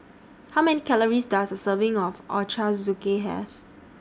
How Many Calories Does A Serving of Ochazuke Have